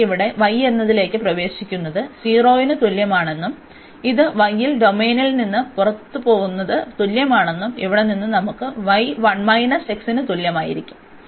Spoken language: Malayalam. ഈ വരി ഇവിടെ y എന്നതിലേക്ക് പ്രവേശിക്കുന്നത് 0 ന് തുല്യമാണെന്നും ഇത് y ൽ ഡൊമെയ്നിൽ നിന്ന് പുറത്തുപോകുന്നത് തുല്യമാണെന്നും ഇവിടെ നിന്ന് നമുക്ക് y ന് തുല്യമായിരിക്കും